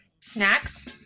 snacks